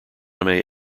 anime